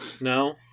no